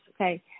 okay